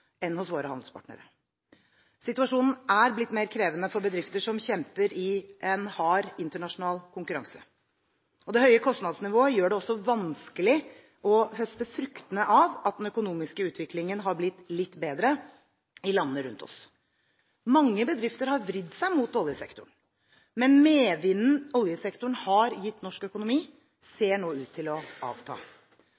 enn hos våre handelspartnere. Situasjonen er blitt mer krevende for bedrifter som kjemper i en hard internasjonal konkurranse. Det høye kostnadsnivået gjør det også vanskelig å høste fruktene av at den økonomiske utviklingen har blitt litt bedre i landene rundt oss. Mange bedrifter har vridd seg mot oljesektoren. Men medvinden oljesektoren har gitt norsk økonomi,